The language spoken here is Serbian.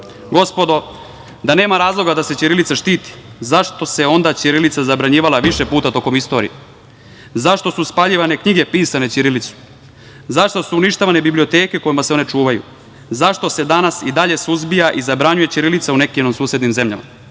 štiti. Gospodo da nema razloga da se ćirilica štiti, zašto se onda ćirilica zabranjivala više puta tokom istorije? Zašto su spaljivane knjige pisane ćirilicom? Zašto su uništavane biblioteke u kojima se one čuvaju? Zašto se danas i dalje suzbija i zabranjuje ćirilica u nekim susednim zemljama? Poštovane